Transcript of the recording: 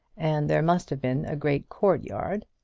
and there must have been a great court-yard.